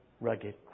rugged